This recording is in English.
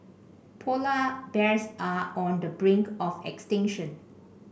polar bears are on the brink of extinction